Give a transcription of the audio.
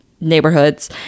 neighborhoods